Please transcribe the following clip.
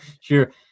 Sure